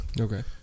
Okay